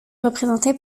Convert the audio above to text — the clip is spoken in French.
représenté